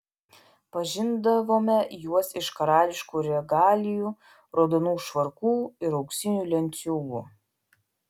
pažindavome juos iš karališkų regalijų raudonų švarkų ir auksinių lenciūgų